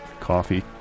coffee